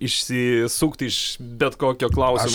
išsisukti iš bet kokio klausimo